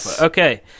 Okay